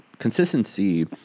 consistency